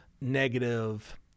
negative